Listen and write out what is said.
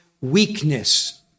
weakness